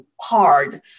hard